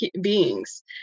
beings